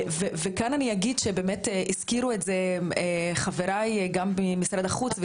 וכאן אני אגיד שבאמת הזכירו את זה חבריי גם ממשרד החוץ,